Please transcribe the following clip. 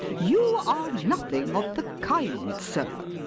you are nothing of the kind, sir.